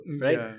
right